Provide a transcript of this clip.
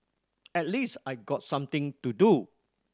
at least I got something to do